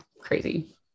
Crazy